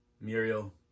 muriel